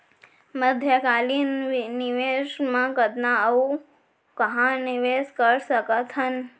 मध्यकालीन निवेश म कतना अऊ कहाँ निवेश कर सकत हन?